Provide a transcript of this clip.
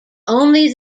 only